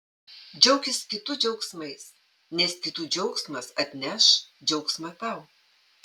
džiaukis kitų džiaugsmais nes kitų džiaugsmas atneš džiaugsmą tau